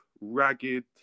ragged